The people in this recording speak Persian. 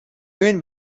اون